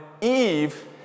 Eve